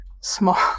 small